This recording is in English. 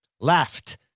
Left